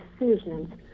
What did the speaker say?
decisions